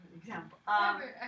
example